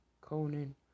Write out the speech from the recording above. Conan